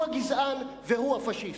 הוא הגזען והוא הפאשיסט.